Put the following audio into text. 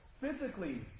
physically